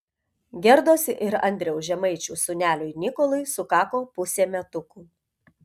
gerdos ir andriaus žemaičių sūneliui nikolui sukako pusė metukų